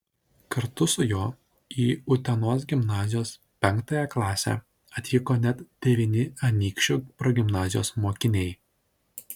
kartu su juo į utenos gimnazijos penktąją klasę atvyko net devyni anykščių progimnazijos mokiniai